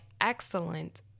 excellent